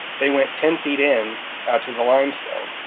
they went ten feet in to the limestone,